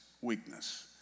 weakness